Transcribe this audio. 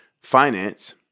Finance